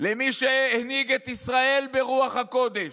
למי שהנהיג את ישראל ברוח הקודש,